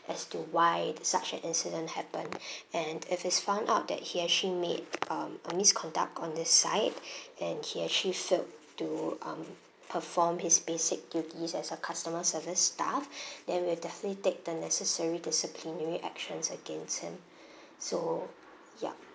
as to why such an incident happen and if it's found out that he actually made um a misconduct on this side and he actually failed to um perform his basic duty as a customer service staff then we'll definitely take the necessary disciplinary actions against him so yup